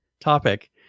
topic